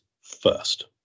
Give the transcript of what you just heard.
first